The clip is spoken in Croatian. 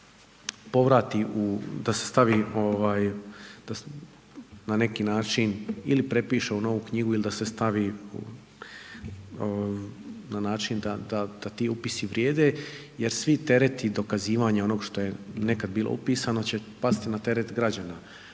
da se stavi, na neki način ili prepiše u novu knjigu ili da se stavi na način da ti upisi vrijede jer svi tereti dokazivanja onog što je nekad bilo upisano će pasti na teret građana.